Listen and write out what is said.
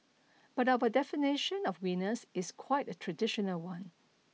but our definition of winners is quite a traditional one